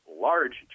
large